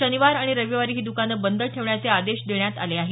शनिवार आणि रविवारी ही दुकानं बंद ठेवण्याचे आदेश देण्यात आले आहेत